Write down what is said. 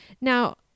Now